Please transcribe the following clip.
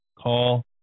call